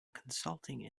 consulting